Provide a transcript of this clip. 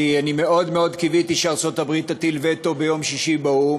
כי אני מאוד מאוד קיוויתי שארצות-הברית תטיל וטו ביום שישי באו"ם,